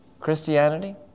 Christianity